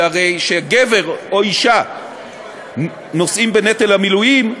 כי הרי כשגבר או אישה נושאים בנטל המילואים,